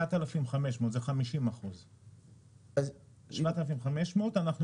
זה 7,500, זה 50%. ב-7,500 אנחנו מורידים,